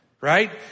right